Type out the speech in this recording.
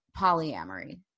polyamory